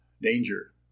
Danger